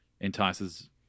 entices